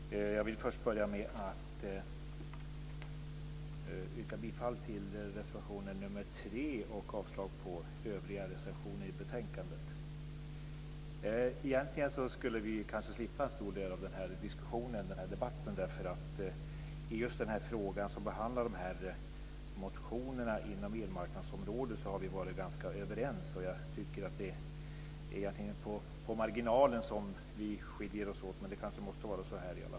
Herr talman! Jag vill börja med att yrka bifall till reservation nr 3 och avslag på övriga reservationer i betänkandet. Egentligen skulle vi kanske kunna slippa en stor del av den här diskussionen och debatten. I just den fråga som behandlar motionerna på elmarknadsområdet har vi nämligen varit ganska överens. Jag tycker att det egentligen är på marginalen som vi skiljer oss åt, men det kanske måste vara så här.